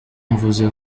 mvuze